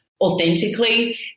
authentically